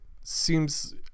seems